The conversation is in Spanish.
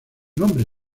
nombre